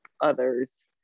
others